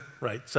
right